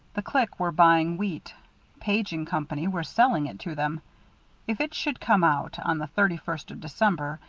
the clique were buying wheat page and company were selling it to them if it should come out, on the thirty-first of december,